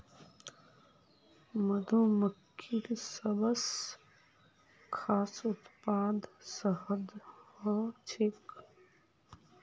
मधुमक्खिर सबस खास उत्पाद शहद ह छेक